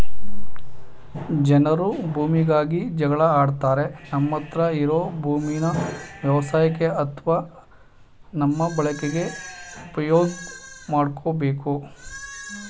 ಜನರು ಭೂಮಿಗಾಗಿ ಜಗಳ ಆಡ್ತಾರೆ ನಮ್ಮತ್ರ ಇರೋ ಭೂಮೀನ ವ್ಯವಸಾಯಕ್ಕೆ ಅತ್ವ ನಮ್ಮ ಬಳಕೆಗೆ ಉಪ್ಯೋಗ್ ಮಾಡ್ಕೋಬೇಕು